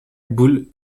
bull